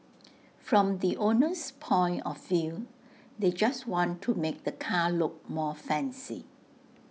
from the owner's point of view they just want to make the car look more fancy